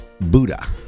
Buddha